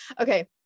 Okay